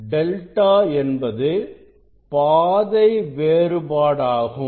delta என்பது பாதை வேறுபாடாகும்